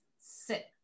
sit